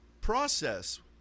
process